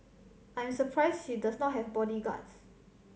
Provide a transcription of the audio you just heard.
I am surprised she does not have bodyguards